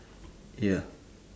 ya